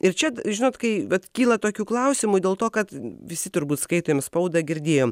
ir čia žinot kai vat kyla tokių klausimų dėl to kad visi turbūt skaitėm spaudą girdėjom